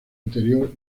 interior